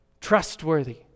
trustworthy